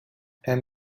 and